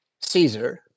Caesar